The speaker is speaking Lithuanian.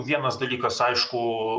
vienas dalykas aišku